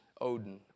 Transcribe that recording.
Odin